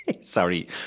Sorry